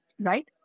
right